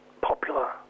popular